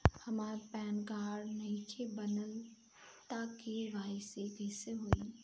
हमार pan card नईखे बनल त के.वाइ.सी कइसे होई?